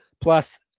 Plus